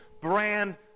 brand